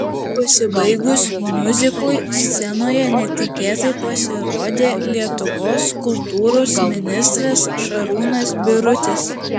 pasibaigus miuziklui scenoje netikėtai pasirodė lietuvos kultūros ministras šarūnas birutis